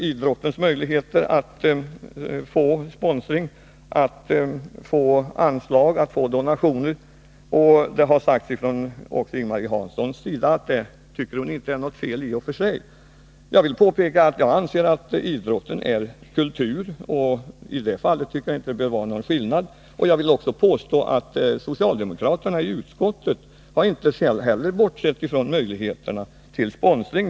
idrottens möjligheter utvecklats att få anslag och donationer. Ing-Marie Hansson har sagt att hon inte tycker att det är något feli och för sig. Jag vill påpeka att jag anser att idrotten är kultur, och i det fallet behöver det inte vara någon skillnad. Jag vill påstå att socialdemokraterna i utskottet inte heller har bortsett från möjligheterna till sponsring.